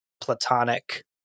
platonic